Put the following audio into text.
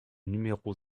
numéro